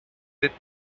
êtes